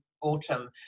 autumn